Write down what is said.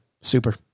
Super